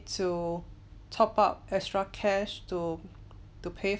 to top up extra cash to to pay